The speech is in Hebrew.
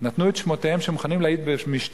נתנו את שמותיהן שהן מוכנות להעיד במשטרה